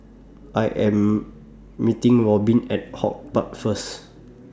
I Am meeting Robin At HortPark First